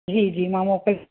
जी जी मां मोकिल